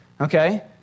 Okay